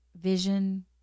vision